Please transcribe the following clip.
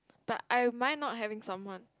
but I might not having someone